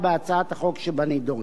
מכאן שמטרת הצעת החוק,